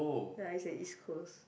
ya is at East Coast